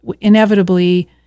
inevitably